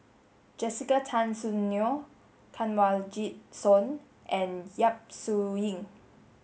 Jessica Tan Soon Neo Kanwaljit Soin and Yap Su Yin